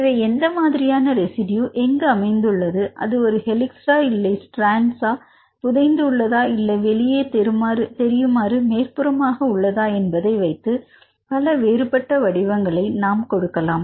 இவை எந்த மாதிரியான ரெசிடியூ எங்கு அமைந்துள்ளது அது ஒரு ஹெளிக்ஸ்சா இல்லை ஸ்ட்ராண்ட்ஸ் புதைந்து உள்ளதா இல்லை வெளியே தெரியுமாறு மேற்புறமாக உள்ளதா என்பதை வைத்து பல வேறுபட்ட வடிவங்களை நாம் கொடுக்கலாம்